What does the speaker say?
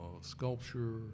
sculpture